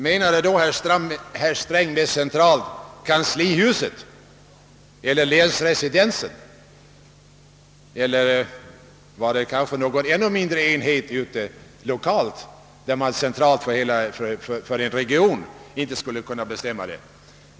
Menade då herr Sträng med »centralt håll» kanslihuset eller länsresidenset, eller var det någon lokal mindre enhet som inte kunde avgöra det?